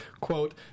quote